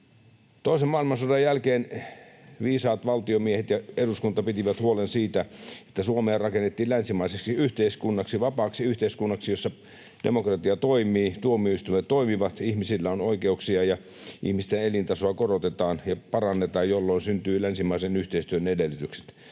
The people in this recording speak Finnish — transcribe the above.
Toisen maailmansodan jälkeen viisaat valtiomiehet ja eduskunta pitivät huolen siitä, että Suomea rakennettiin länsimaiseksi yhteiskunnaksi, vapaaksi yhteiskunnaksi, jossa demokratia toimii, tuomioistuimet toimivat, ihmisillä on oikeuksia ja ihmisten elintasoa korotetaan ja parannetaan, jolloin syntyivät länsimaisen yhteistyön edellytykset.